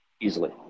easily